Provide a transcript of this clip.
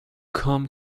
come